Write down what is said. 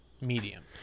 medium